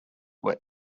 were